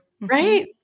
Right